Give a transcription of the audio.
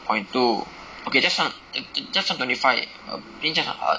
point two okay just 算 just just 算 twenty five err 平就好了